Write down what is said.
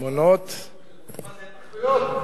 מה, זה התנחלויות?